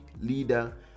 leader